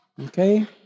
Okay